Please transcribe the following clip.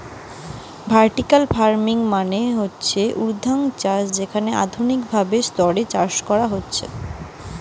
vertical farming মানে হতিছে ঊর্ধ্বাধ চাষ যেখানে আধুনিক ভাবে স্তরে চাষ করা হতিছে